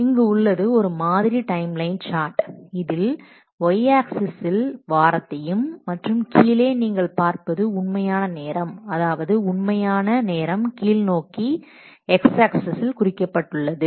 இங்கு உள்ளது ஒரு மாதிரி டைம் லைன் சார்ட் இதில் நாம் y ஆக்சிஸில் வாரத்தையும் மற்றும் கீழே நீங்கள் பார்ப்பது உண்மையான நேரம் அதாவது உண்மையான நேரம் கீழ்நோக்கி x ஆக்சிஸில் குறிக்கப்பட்டுள்ளது